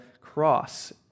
cross